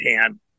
hand